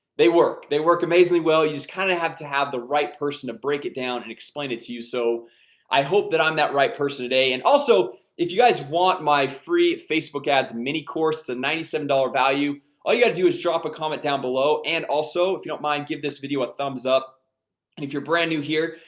they work. they work amazingly well you just kind of have to have the right person to break it down and explain it to you so i hope that i'm that right person today, and also if you guys want my free at facebook ads mini course it's a ninety seven dollars value all you got to do is drop a comment down below and also if you don't mind give this video a thumbs up if you're brand new here,